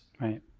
Right